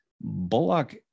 Bullock